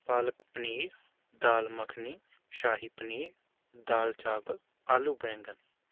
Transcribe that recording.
پالک پنیر دال مکھنی شاہی پنیر دال چاول آلو بینگن